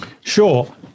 Sure